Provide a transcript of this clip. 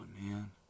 man